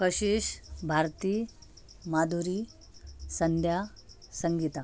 Kashish Bharti Madhuri Sandhya Sangeeta